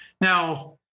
Now